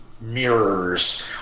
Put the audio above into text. mirrors